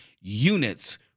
units